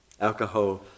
Alcohol